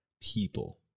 people